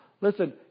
Listen